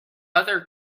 other